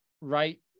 right